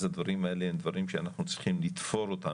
אז הדברים האלה הם דברים שאנחנו צריכים לתפור אותם